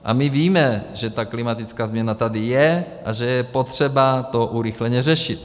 A my víme, že ta klimatická změna tady je a že je potřeba to urychleně řešit.